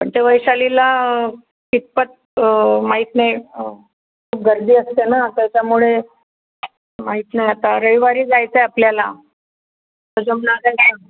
पण ते वैशालीला कितपत माहीत नाही खूप गर्दी असते ना त्याच्यामुळे माहीत नाही आता रविवारी जायचं आहे आपल्याला तर